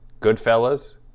Goodfellas